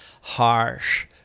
harsh